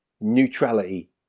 neutrality